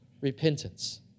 repentance